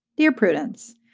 dear prudence,